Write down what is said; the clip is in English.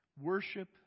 Worship